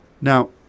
Now